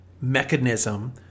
mechanism